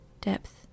depth